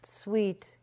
sweet